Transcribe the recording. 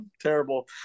terrible